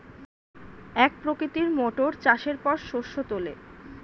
এক প্রকৃতির মোটর চাষের পর শস্য তোলে